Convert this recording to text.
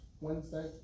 Wednesday